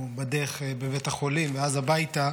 או לבית החולים ואז הביתה,